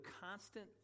constant